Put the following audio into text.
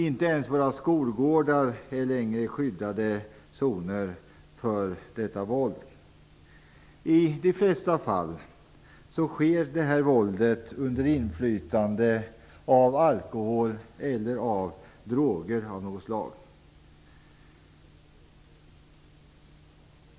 Inte ens våra skolgårdar är längre skyddade för detta våld. I de flesta fall utövas det under inflytande av alkohol eller droger av något slag.